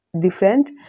different